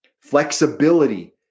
Flexibility